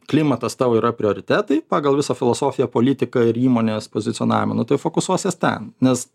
klimatas tau yra prioritetai pagal visą filosofiją politiką ir įmonės pozicionavimą nu taip fokusuosies ten nes